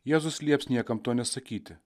jėzus lieps niekam to nesakyti